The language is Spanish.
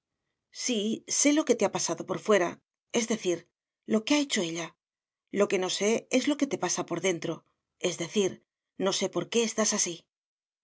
sé lo que te ha pasado por fuera es decir lo que ha hecho ella lo que no sé es lo que te pasa por dentro es decir no sé por qué estás así